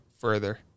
further